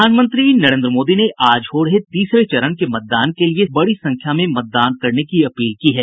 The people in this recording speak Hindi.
प्रधानमंत्री नरेन्द्र मोदी ने आज हो रहे तीसरे चरण के मतदान के लिए सभी मतदाताओं से बड़ी संख्या में मतदान करने की अपील की है